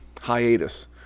hiatus